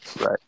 Right